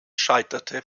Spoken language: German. scheiterte